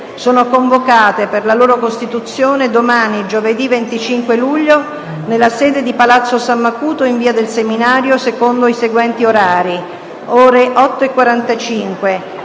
sono convocate, per la loro costituzione, domani, giovedì 25 luglio, nella sede di Palazzo San Macuto, in via del Seminario, secondo i seguenti orari: - ore 8,45: